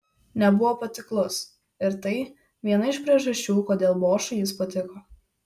nebuvo patiklus ir tai viena iš priežasčių kodėl bošui jis patiko